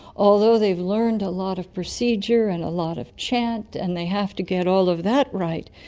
although they've learned a lot of procedure and a lot of chant and they have to get all of that right,